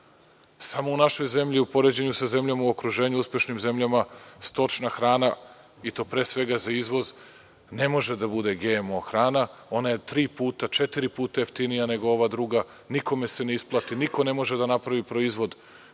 Samo u našoj zemlji u poređenju sa zemljama u okruženju, uspešnim zemljama, stočna hrana i to pre svega za izvoz ne može da bude GMO hrana. Ona je tri, četiri puta jeftinija nego ova druga. Nikome se ne isplati, niko ne može da napravi proizvod